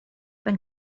than